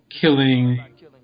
killing